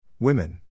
Women